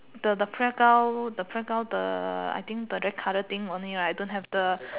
the the playground the playground the I think the red colour thing only right don't have the